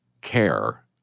care